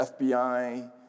FBI